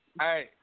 Hey